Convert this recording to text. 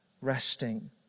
resting